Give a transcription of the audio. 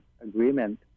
agreement